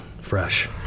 fresh